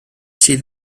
sydd